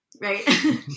right